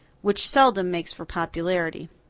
which seldom makes for popularity.